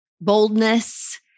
boldness